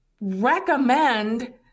recommend